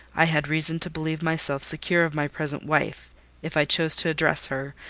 i had reason to believe myself secure of my present wife if i chose to address her,